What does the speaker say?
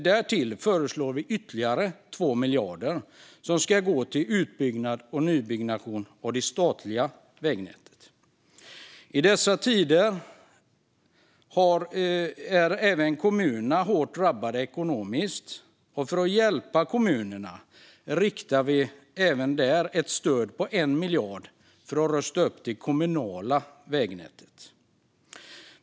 Därtill föreslår vi ytterligare 2 miljarder som ska gå till utbyggnad och nybyggnation av det statliga vägnätet. I dessa tider är även kommunerna hårt drabbade ekonomiskt, och för att hjälpa kommunerna riktar vi ett stöd på 1 miljard för att rusta upp det kommunala vägnätet.